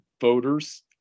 voters